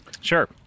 Sure